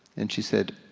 and she said,